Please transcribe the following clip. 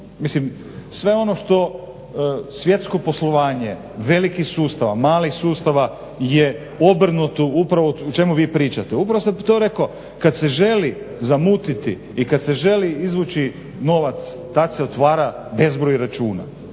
mislim sve ono što svjetsko poslovanje, veliki sustava, malih sustava je obrnuto upravo o čemu vi pričate. Upravo sam to rekao, kad se želi zamutiti i kad se želi izvući novac, tad se otvara bezbroj računa.